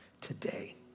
today